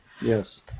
Yes